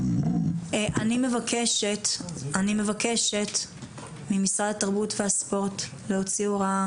אני מבקשת ממשרד התרבות והספורט להוציא הוראה,